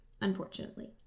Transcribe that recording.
unfortunately